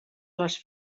les